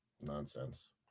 Nonsense